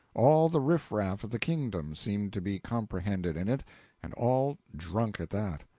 all the riffraff of the kingdom seemed to be comprehended in it and all drunk at that.